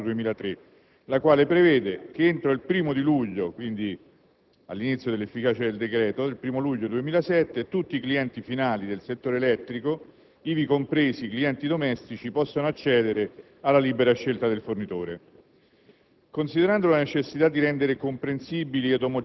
per il mancato recepimento della direttiva CE n. 54/2003, la quale prevede che entro il 1° luglio 2007, quindi all'inizio dell'efficacia del decreto, tutti i clienti finali del settore elettrico, ivi compresi i clienti domestici, possano accedere alla libera scelta del fornitore.